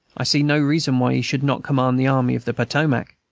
i see no reason why he should not command the army of the potomac.